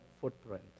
footprint